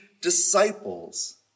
disciples